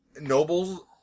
nobles